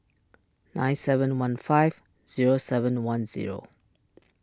nine seven one five zero seven one zero